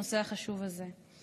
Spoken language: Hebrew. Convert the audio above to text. בנושא החשוב הזה.